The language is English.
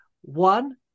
one